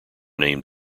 named